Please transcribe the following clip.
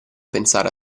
pensare